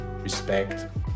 respect